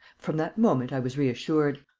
from that moment i was reassured.